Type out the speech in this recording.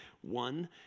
one